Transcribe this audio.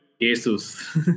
Jesus